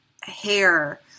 hair